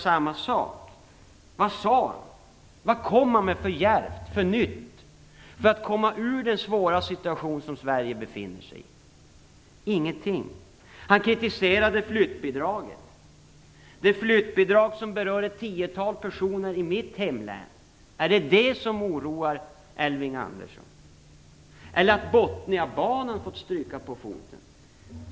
Vad kom han med som var djärvt och nytt för att komma ur den svåra situation som Sverige befinner sig i? Ingenting. Han kritiserade flyttbidraget, dvs. det flyttbidrag som berör ett tiotal personer i mitt hemlän. Är det det som oroar, Elving Andersson? Eller är det att Botniabanan har fått stryka på foten?